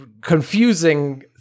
confusing